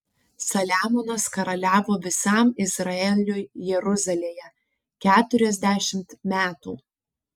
saliamonas karaliavo visam izraeliui jeruzalėje keturiasdešimt metų